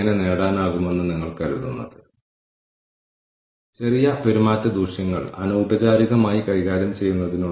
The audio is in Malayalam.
സമതുലിതമായ സ്കോർകാർഡുമായി ബന്ധപ്പെട്ട് ഉയർന്നുവരുന്ന ചില വിമർശനങ്ങൾ അതിന്റെ വ്യാഖ്യാനവും നടപ്പാക്കലും സംബന്ധിച്ച പ്രശ്നങ്ങളാണ്